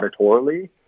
auditorily